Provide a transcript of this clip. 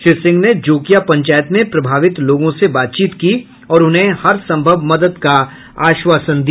श्री सिंह ने जोकिया पंचायत में प्रभावित लोगों से बातचीत की और उन्हें हर सम्भव मदद का आश्वासन दिया